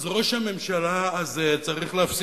אז ראש הממשלה הזה צריך להפסיק,